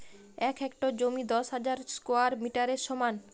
এক হেক্টর জমি দশ হাজার স্কোয়ার মিটারের সমান